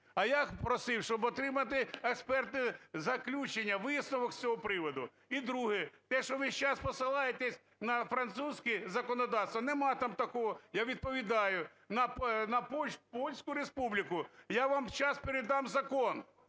А я просив, щоб отримати експертне заключення, висновок з цього приводу. І друге. Те, що ви сейчас посилаєтесь на французьке законодавство, нема там такого, я відповідаю, на Польську Республіку – я вам сейчас передам закон,